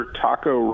taco